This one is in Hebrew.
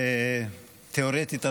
תיאורטית,